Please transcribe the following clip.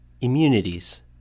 Immunities